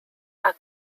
are